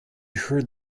heard